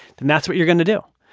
then that's what you're going to do.